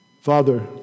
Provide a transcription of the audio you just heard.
Father